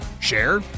Share